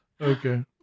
Okay